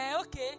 Okay